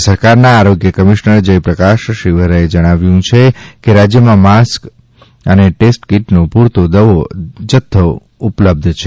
રાજ્ય સરકારના આરોગ્ય કમિશ્નર જયપ્રકાશ શિવહરેએ જણાવ્યું છે કે રાજ્યમાં માસ્ક દવે અને ટેસ્ટ કિટનો પુરતો જથ્થો ઉપલબ્ધ છે